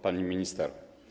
Pani Minister!